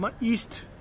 East